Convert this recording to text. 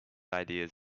ideas